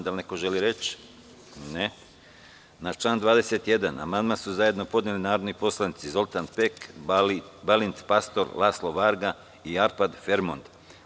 Da li neko želi reč? (Ne.) Na član 21. amandman su zajedno podneli narodni poslanici Zoltan Pek, Balint Pastor, Laslo Varga i Arpad Fremond.